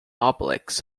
obelix